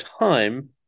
time